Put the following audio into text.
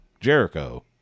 Jericho